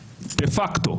ההפך,